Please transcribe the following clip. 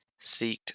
seeked